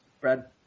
Brad